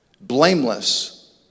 Blameless